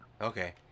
Okay